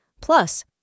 Plus